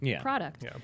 product